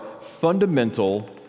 fundamental